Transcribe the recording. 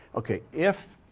okay. if